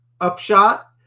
upshot